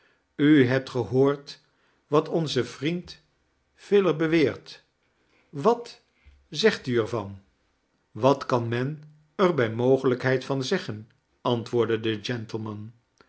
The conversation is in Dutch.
u hebt gehoord wat onze vriend filer beweert wat zegt u er van wat kan men er bij mogelijkheid van zeggen antwoordde de gentleman